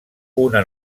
una